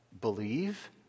believe